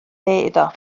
iddo